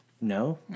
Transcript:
No